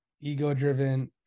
ego-driven